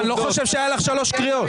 מירב, אני לא חושב שהיו לך שלוש קריאות.